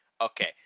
Okay